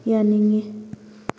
ꯌꯥꯅꯤꯡꯏ